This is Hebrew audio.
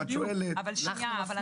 נכון,